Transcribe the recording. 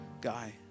guy